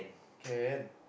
can